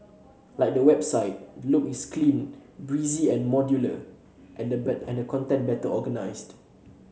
like the website the look is clean breezy and modular and the better and the content better organised